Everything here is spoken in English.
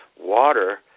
water